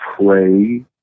play